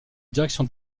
direction